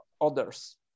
others